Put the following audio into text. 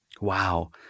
Wow